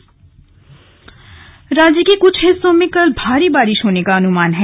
मौसम राज्य के कुछ हिस्सों में कल भारी बारिश होने का अनुमान है